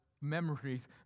memories